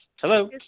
Hello